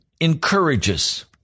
encourages